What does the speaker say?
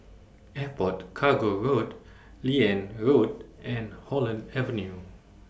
Airport Cargo Road Liane Road and Holland Avenue